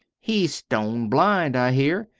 he's stone blind, i hear,